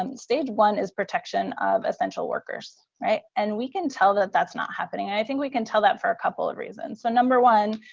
um stage one is protection of essential workers. and we can tell that that's not happening. i think we can tell that for a couple of reasons. so number one,